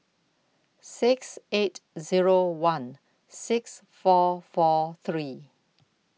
six eight Zero one six four four three